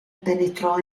penetrò